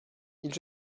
ils